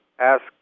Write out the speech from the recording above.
ask